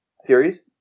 series